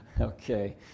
Okay